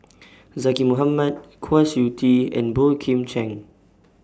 Zaqy Mohamad Kwa Siew Tee and Boey Kim Cheng